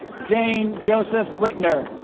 zane joseph whitener